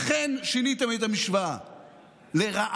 אכן, שיניתם את המשוואה, לרעה.